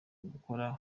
gukora